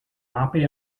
happy